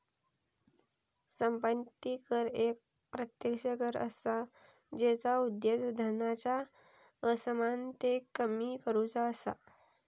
संपत्ती कर एक प्रत्यक्ष कर असा जेचा उद्देश धनाच्या असमानतेक कमी करुचा असा